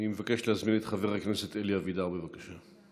אני מבקש להזמין את חבר הכנסת אלי אבידר, בבקשה.